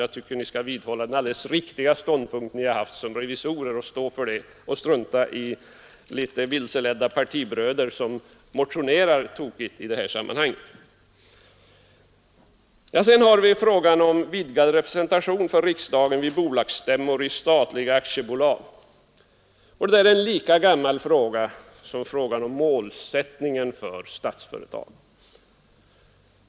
Jag tycker att ni skall vidhålla den alldeles riktiga ståndpunkt ni haft som revisorer — stå för den och strunta i litet vilseledda partibröder som motionerar tokigt i det här sammanhanget. Sedan har vi frågan om vidgad representation för riksdagen vid bolagsstämmor i statliga aktiebolag. Det är en lika gammal fråga som frågan om målsättningen för Statsföretag.